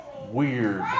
weird